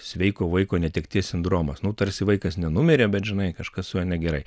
sveiko vaiko netekties sindromas nutarsi vaikas nenumirė bet žinai kažkas su juo negerai